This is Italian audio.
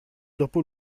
dopo